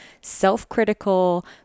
self-critical